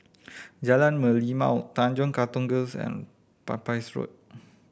Jalan Merlimau Tanjong Katong Girls' and Pepys Road